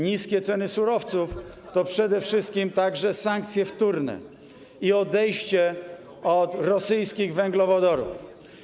Niskie ceny surowców to przede wszystkim sankcje wtórne i odejście od rosyjskich węglowodorów.